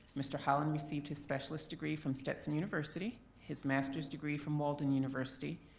mr. holland received his specialist degree from stetson university, his aster's degree from walden university,